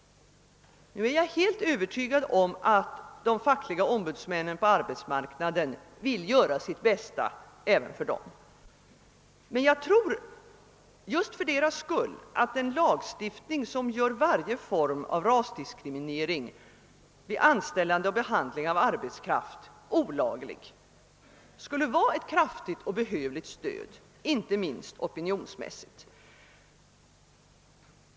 Jag är helt övertygad om att de fackliga ombudsmännen på arbetsmarknaden vill göra sitt bästa även för invandrarna. Men jag tror att just för deras skull en lagstiftning, som gör varje form av rasdiskriminering vid anställande och behandling av arbetskraft olaglig, skulle utgöra ett kraftigt och behövligt stöd, inte minst opinionsmässigt.